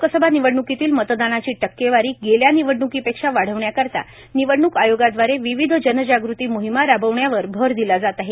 लोकसभा निवडण्कीतील मतदानाची टक्केवारी गेल्या निवडणुकीपेक्षा वाढविण्याकरीता निवडणुक आयोगादवारे विविध जनजागृती मोहीमा राबविण्यावर भर दिला जात आहे